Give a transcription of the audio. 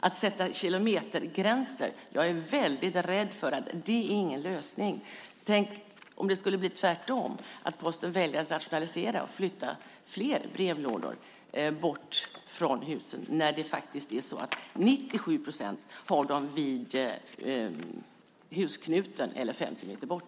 Att sätta kilometergränser är ingen lösning, är jag rädd. Tänk om det skulle bli tvärtom - att Posten skulle välja att rationalisera och flytta fler brevlådor bort från husen när 97 procent har dem vid husknuten eller 50 meter bort.